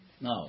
No